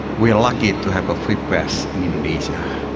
we are lucky to have a free press in indonesia.